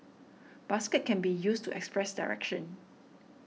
basket can be used to express direction